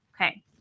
okay